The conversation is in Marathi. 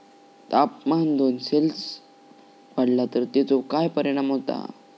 तापमान दोन सेल्सिअस वाढला तर तेचो काय परिणाम होता?